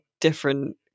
different